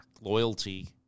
loyalty